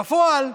בפועל,